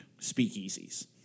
speakeasies